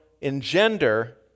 engender